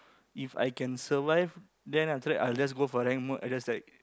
If I can survive then after that I'll just go for rank mode I just like